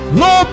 no